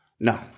No